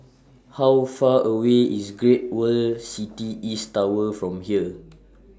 How Far away IS Great World City East Tower from here